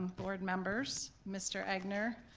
board members, mr. egnor.